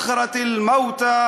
הערבית ומתרגמם:)